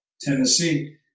Tennessee